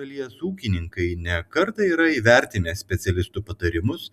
šalies ūkininkai ne kartą yra įvertinę specialistų patarimus